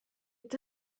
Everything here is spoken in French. est